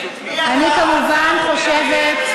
אני כמובן חושבת,